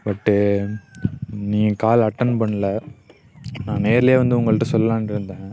பட்டு நீங்கள் call attend பண்ணல நான் நேரிலையே வந்து உங்கள்கிட்ட சொல்லலாம்னு இருந்தேன்